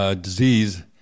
disease